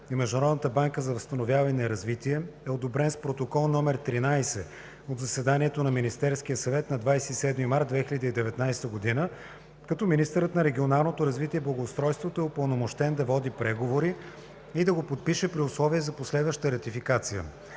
и Международната банка за възстановяване и развитие е одобрен с Протокол № 13 от заседанието на Министерския съвет на 27 март 2019 г., като министърът на регионалното развитие и благоустройството е упълномощен да води преговори и да го подпише при условие за последваща ратификация.